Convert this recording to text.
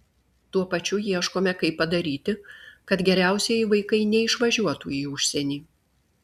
tuo pačiu ieškome kaip padaryti kad geriausieji vaikai neišvažiuotų į užsienį